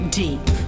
deep